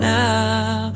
now